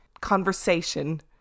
conversation